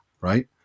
right